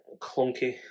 clunky